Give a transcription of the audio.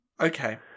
Okay